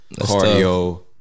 cardio